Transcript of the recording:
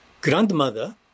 grandmother